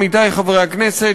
עמיתי חברי הכנסת,